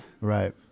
right